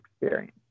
experience